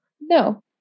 No